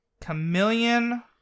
Chameleon